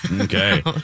Okay